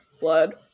blood